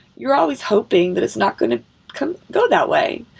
you're always hoping that it's not going to kind of go that way.